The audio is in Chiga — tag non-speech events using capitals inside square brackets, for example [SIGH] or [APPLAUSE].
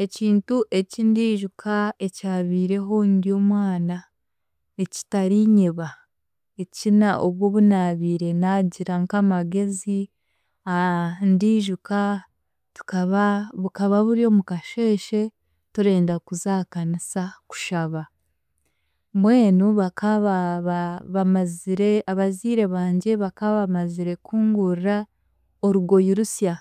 Ekintu ekindiijuka ekyabiireho ndi omwana, ekitarinyeeba ekina obwo obunaabiire naagira nk'amagezi [HESITATION] ndijuka tukaba bukaba buri omu kasheeshe, turenda kuza aha Kanisa kushaba, mbwenu baka ba- ba- bamazire abaziire bangye bakabamazire kungurira orugoyi rusya,